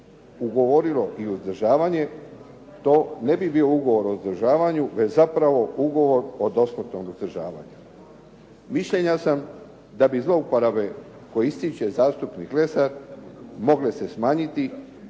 ugovorilo i uzdržavanje, to ne bi bio ugovor o uzdržavanju, već zapravo ugovor o dosmrtnom uzdržavanju. Mišljenja sam da bi zlouporabe koje ističe zastupnik Lesar mogle se smanjiti